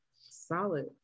Solid